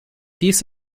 dies